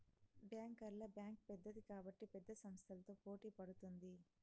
బ్యాంకర్ల బ్యాంక్ పెద్దది కాబట్టి పెద్ద సంస్థలతో పోటీ పడుతుంది